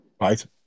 Right